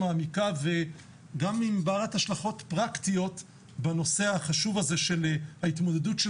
מעמיקה וגם עם השלכות פרקטיות בנושא החשוב הזה של ההתמודדות של